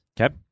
Okay